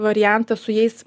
variantą su jais